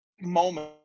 moment